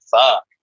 fuck